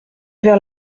vers